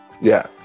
Yes